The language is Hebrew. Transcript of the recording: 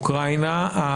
מאוקראינה,